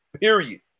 period